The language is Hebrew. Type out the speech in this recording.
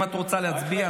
אם את רוצה להצביע,